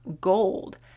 gold